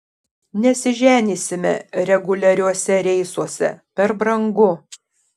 nesiženysime reguliariuose reisuose per brangu